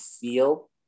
feel